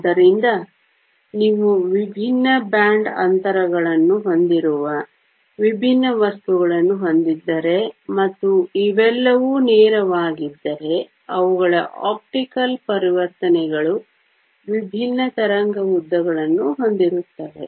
ಆದ್ದರಿಂದ ನೀವು ವಿಭಿನ್ನ ಬ್ಯಾಂಡ್ ಅಂತರಗಳನ್ನು ಹೊಂದಿರುವ ವಿಭಿನ್ನ ವಸ್ತುಗಳನ್ನು ಹೊಂದಿದ್ದರೆ ಮತ್ತು ಇವೆಲ್ಲವೂ ನೇರವಾಗಿದ್ದರೆ ಅವುಗಳ ಆಪ್ಟಿಕಲ್ ಪರಿವರ್ತನೆಗಳು ವಿಭಿನ್ನ ತರಂಗ ಉದ್ದಗಳನ್ನು ಹೊಂದಿರುತ್ತವೆ